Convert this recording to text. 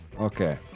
Okay